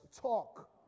talk